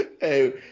hey